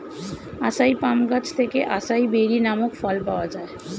আসাই palm গাছ থেকে acai berry নামক ফল পাওয়া যায়